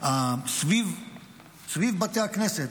סביב בתי הכנסת.